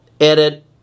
edit